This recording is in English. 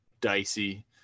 dicey